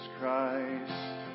Christ